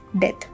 death